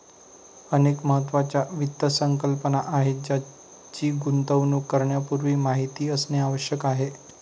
अनेक महत्त्वाच्या वित्त संकल्पना आहेत ज्यांची गुंतवणूक करण्यापूर्वी माहिती असणे आवश्यक आहे